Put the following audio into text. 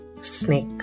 snake